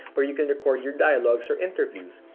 where you can record your dialogues, or interviews.